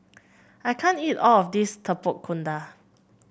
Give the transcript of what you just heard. I can't eat all of this Tapak Kuda